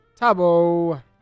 Tabo